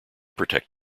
protect